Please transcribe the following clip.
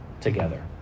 together